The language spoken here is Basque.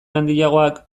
handiagoak